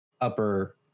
upper